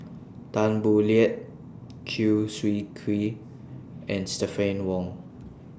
Tan Boo Liat Chew Swee Kee and Stephanie Wong